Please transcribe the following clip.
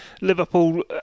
Liverpool